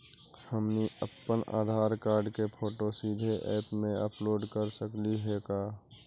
हमनी अप्पन आधार कार्ड के फोटो सीधे ऐप में अपलोड कर सकली हे का?